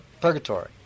purgatory